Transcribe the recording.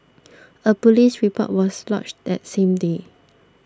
a police report was lodged that same day